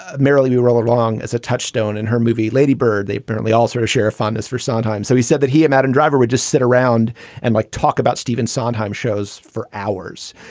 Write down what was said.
merrily you roll along as a touchstone in her movie. lady bird, they apparently also share a fondness for sondheim. so he said that he and adam and driver would just sit around and like talk about stephen sondheim shows for hours,